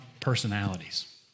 personalities